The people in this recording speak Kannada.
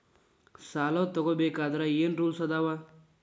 ಸಾಲ ತಗೋ ಬೇಕಾದ್ರೆ ಏನ್ ರೂಲ್ಸ್ ಅದಾವ?